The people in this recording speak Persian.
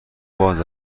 باز